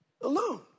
alone